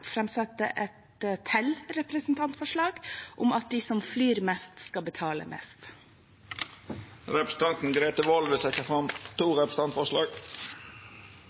et representantforslag om at de som flyr mest, skal betale mest. Representanten Grete Wold vil setja fram to representantforslag.